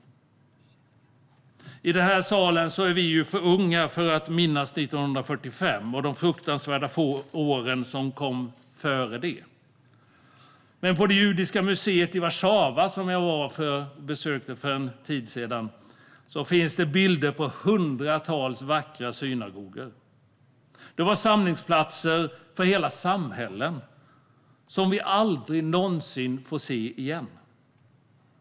Vi i den här salen är för unga för att minnas 1945 och de fruktansvärda åren som kom före, men på det judiska museet i Warszawa, som jag besökte för en tid sedan, finns bilder på hundratals vackra synagogor. De var samlingsplatser för hela samhällen, som vi aldrig någonsin får se igen.